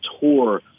tour